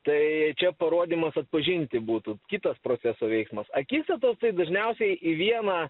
tai čia parodymas atpažinti būtų kitas proceso veiksmas akistatos tai dažniausiai į vieną